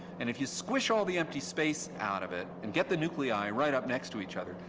and if you squish all the empty space out of it and get the nuclei right up next to each other,